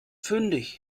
fündig